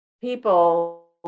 people